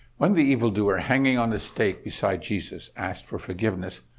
when the evildoer hanging on the stake beside jesus asked for forgiveness,